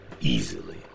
easily